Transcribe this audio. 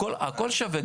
הכול שווה.